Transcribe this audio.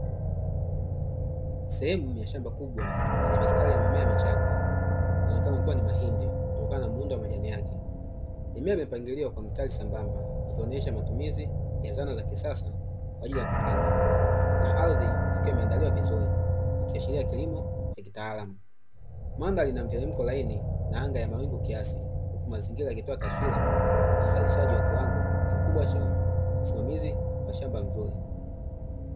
Sehemu ya shamba kubwa lenye mistari ya mimea michanga inaonekana kuwa ni mahindi kutokana na muundo wa majani yake, mimea imepangiliwa kwa mistari sambamba ikionyesha matumizi ya zana za kisasa kwa ajili ya kupanda na ardhi ikiwa imeandaliwa vizuri, ikiashiria kilimo cha kitaalamu. Mandhari ina mteremko laini na anga ya mawingu kiasi huku mazingira yakitoa taswira ya uzalishaji wa kiwango kikubwa na usimamizi wa shamba mzuri.